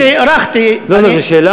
אני יודע שהארכתי, לא לא, זאת שאלה?